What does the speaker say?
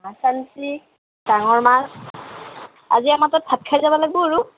মাছ আনিছে ডাঙৰ মাছ আজি আমাৰ তাত ভাত খাই যাব লাগিব আৰু